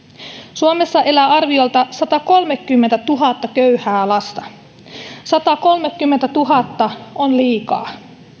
suomessa elää arviolta satakolmekymmentätuhatta köyhää lasta satakolmekymmentätuhatta on liikaa